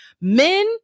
Men